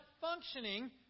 functioning